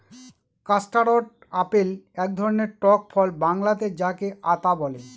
custard apple এক ধরনের টক ফল বাংলাতে যাকে আঁতা বলে